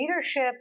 Leadership